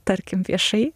tarkim viešai